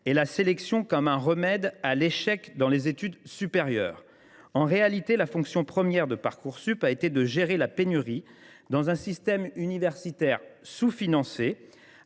et la sélection comme un remède à l’échec dans les études supérieures. En réalité, la fonction première de la plateforme a été de gérer la pénurie dans un système universitaire sous financé